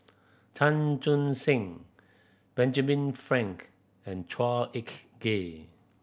Chan Chun Sing Benjamin Frank and Chua Ek Kay